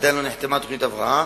עדיין לא נחתמה תוכנית ההבראה.